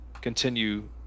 continue